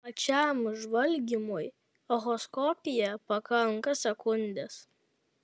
pačiam žvalgymui echoskopija pakanka sekundės